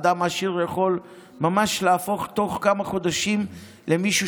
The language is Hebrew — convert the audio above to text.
אדם עשיר יכול ממש להפוך תוך כמה חודשים למישהו